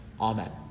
Amen